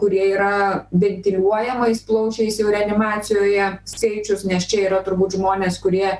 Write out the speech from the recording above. kurie yra ventiliuojamais plaučiais jau reanimacijoje skaičius nes čia yra turbūt žmonės kurie